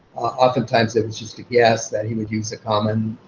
oftentimes it was just a guess that he would use common